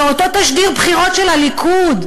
באותו תשדיר בחירות של הליכוד,